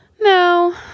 No